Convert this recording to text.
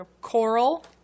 Coral